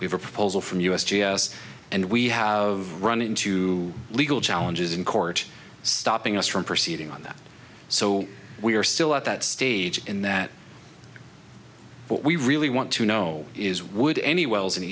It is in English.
we have a proposal from the u s g s and we have run into legal challenges in court stopping us from proceeding on that so we are still at that stage in that but we really want to know is would any wells in